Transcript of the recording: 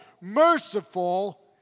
Merciful